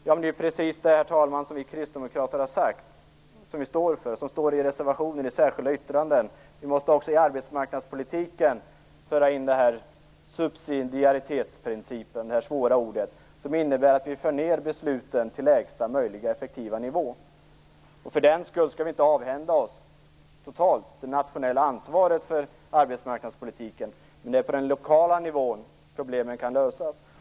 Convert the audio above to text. Det är också precis det som vi kristdemokrater står för och som vi har skrivit i reservationer och i särskilda yttranden. Vi måste också i arbetsmarknadspolitiken föra in subsidiaritetsprincipen, det svåra ordet, som innebär att besluten förs ned till lägsta möjliga effektiva nivå. För den skull skall vi inte totalt avhända oss det nationella ansvaret för arbetsmarknadspolitiken. Men det är på den lokala nivån som problemen kan lösas.